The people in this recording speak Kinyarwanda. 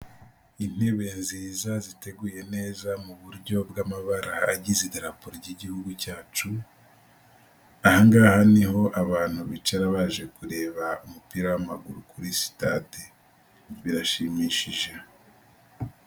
Intebe nziza ziteguye neza mu buryo bw'amabara agize idaraporo ry'igihugu cyacu, ahangaha niho abantu bicara baje kureba umupira w'amaguru kuri sitade, birashimishije.